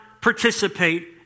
participate